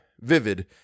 vivid